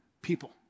People